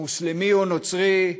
מוסלמי או נוצרי,